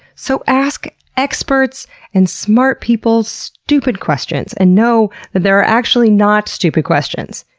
so ask experts and smart people stupid questions, and know that they are actually not stupid questions.